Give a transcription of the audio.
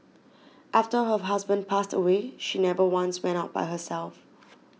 after her husband passed away she never once went out by herself